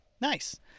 Nice